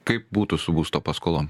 kaip būtų su būsto paskolom